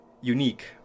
unique